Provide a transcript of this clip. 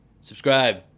Subscribe